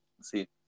see